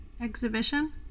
exhibition